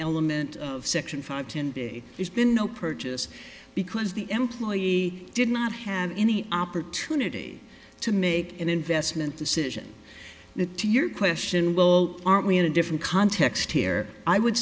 element of section five ten b there's been no purchase because the employee did not have any opportunity to make an investment decision that to your question well aren't we in a different context here i would